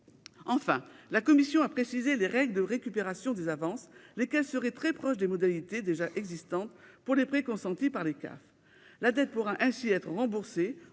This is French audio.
Enfin, la commission a précisé les règles de récupération des avances, lesquelles seraient très proches des modalités déjà existantes pour les prêts consentis par les CAF. La dette pourra ainsi être remboursée